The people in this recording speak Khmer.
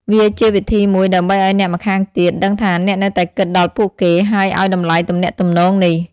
ការផ្ញើកាដូតូចៗ លិខិតដែលសរសេរដោយដៃ ឬសូម្បីតែផ្ញើផ្កា ក៏អាចបង្ហាញពីការយកចិត្តទុកដាក់ និងក្តីនឹករលឹកដែរ។